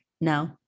no